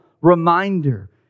reminder